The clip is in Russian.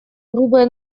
грубые